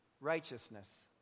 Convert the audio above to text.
righteousness